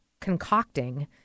concocting